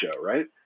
right